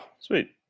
sweet